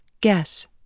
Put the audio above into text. Guess